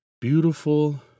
beautiful